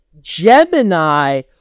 Gemini